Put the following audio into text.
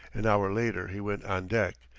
an hour later he went on deck.